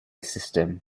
system